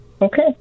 Okay